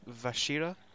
Vashira